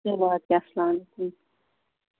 چلو اَدٕ کیٛاہ اَسلام وعلیکُم